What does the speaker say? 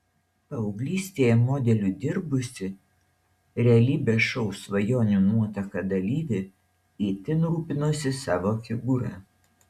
paauglystėje modeliu dirbusi realybės šou svajonių nuotaka dalyvė itin rūpinosi savo figūra